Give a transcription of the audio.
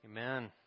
Amen